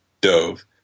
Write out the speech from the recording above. dove